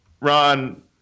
Ron